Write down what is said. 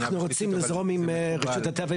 אנחנו רוצים לזרום עם רשות הטבע,